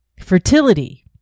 fertility